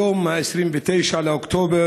היום 29 באוקטובר,